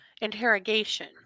interrogation